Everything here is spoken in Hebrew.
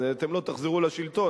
אתם לא תחזרו לשלטון,